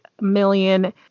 million